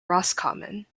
roscommon